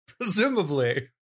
presumably